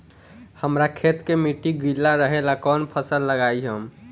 हमरा खेत के मिट्टी गीला रहेला कवन फसल लगाई हम?